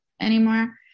anymore